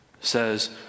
says